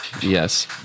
Yes